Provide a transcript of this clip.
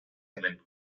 hemen